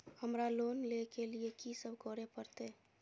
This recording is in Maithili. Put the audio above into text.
हमरा लोन ले के लिए की सब करे परते?